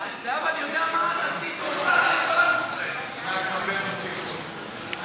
מה עשינו רע?